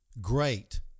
great